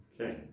Okay